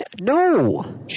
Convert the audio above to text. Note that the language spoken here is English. No